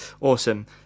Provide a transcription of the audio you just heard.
Awesome